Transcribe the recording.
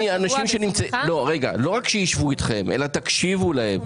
לא רק לשבת אלא תקשיבו להם.